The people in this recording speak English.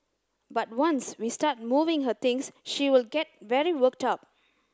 but once we start moving her things she will get very worked up